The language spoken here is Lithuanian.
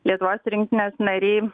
lietuvos rinktinės nariai